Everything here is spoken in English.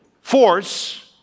force